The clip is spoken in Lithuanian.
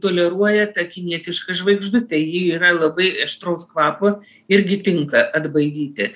toleruoja tą kinietišką žvaigždutą ji yra labai aštraus kvapo irgi tinka atbaidyti